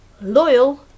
loyal